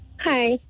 Hi